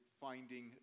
finding